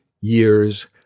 years